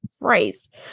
christ